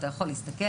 אתה יכול להסתכל,